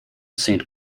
saint